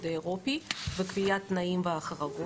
זה גם בנוסח שפורסם אתמול בערב או שזה משהו חדש עכשיו?